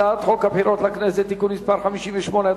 הצעת חוק הבחירות לכנסת (תיקון מס' 58),